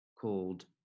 called